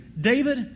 David